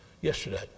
yesterday